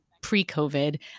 pre-COVID